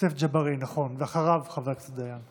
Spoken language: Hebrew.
יוסף ג'בארין, ואחריו, חבר הכנסת עוזי דיין.